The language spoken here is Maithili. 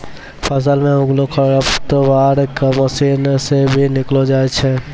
फसल मे उगलो खरपतवार के मशीन से भी निकालो जाय छै